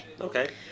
Okay